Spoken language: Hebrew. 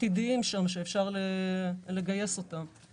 עתידיים שם שאפשר לגייס אותם.